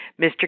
Mr